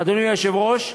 אדוני היושב-ראש,